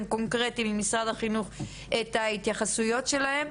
קונקרטי ממשרד החינוך את ההתייחסויות שלהם.